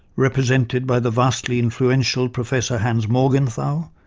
represented by the vastly influential professor, hans morgenthau,